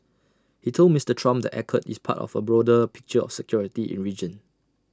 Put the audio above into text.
he told Mister Trump the accord is part of A broader picture of security in region